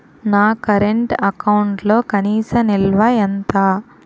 నా కరెంట్ అకౌంట్లో కనీస నిల్వ ఎంత?